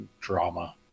drama